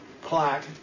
plaque